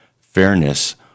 fairness